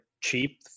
cheap